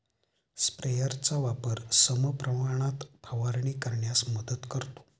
स्प्रेयरचा वापर समप्रमाणात फवारणी करण्यास मदत करतो